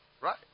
Right